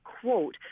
quote